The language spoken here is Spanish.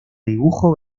dibujo